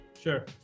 Sure